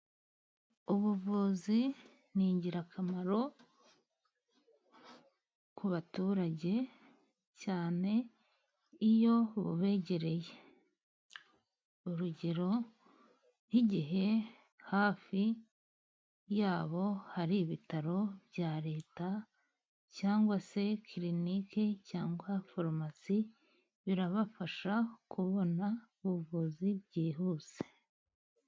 Ubuvuzi ni ingirakamaro ku baturage cyane iyo bubegereye. Urugero nk'igihe hafi yabo hari ibitaro bya leta cyangwa se kilinike, cyangwa farumasi, birabafasha kubona ubuvuzi byihuse.